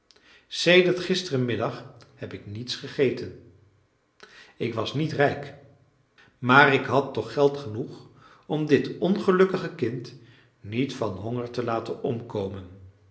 sedert gisterenmiddag heb ik niets gegeten ik was niet rijk maar ik had toch geld genoeg om dit ongelukkige kind niet van honger te laten omkomen